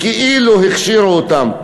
כאילו הכשירו אותם.